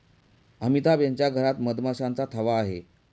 अमिताभ यांच्या घरात मधमाशांचा थवा आहे